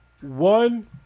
one